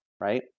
right